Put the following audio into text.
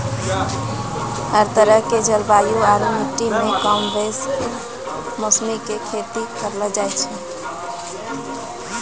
हर तरह के जलवायु आरो मिट्टी मॅ कमोबेश मौसरी के खेती करलो जाय ल सकै छॅ